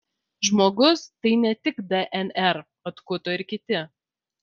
žmogus tai ne tik dnr atkuto ir kiti